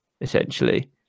essentially